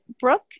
Brooke